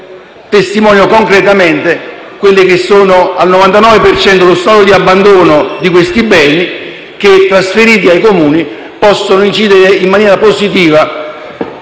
testimonio concretamente - al 99 per cento - lo stato di abbandono di questi beni, che, trasferiti ai Comuni, possono incidere in maniera positiva